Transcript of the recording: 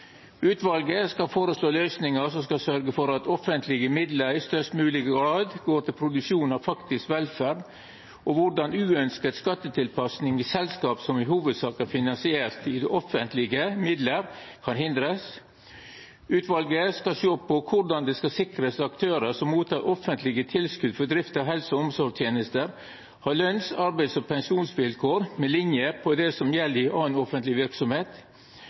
Utvalet skal føreslå løysingar som skal sørgja for at offentlege midlar i størst mogleg grad går til produksjon av faktisk velferd, og korleis uønskt skattetilpassing i selskap som i hovudsak er finansierte av offentlege midlar, kan hindrast. Utvalet skal sjå på korleis ein skal sikra at aktørar som mottek offentlege tilskot til drift av helse- og omsorgstenester, har lønns-, arbeids- og pensjonsvilkår på linje med det som gjeld i anna offentleg